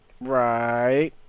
Right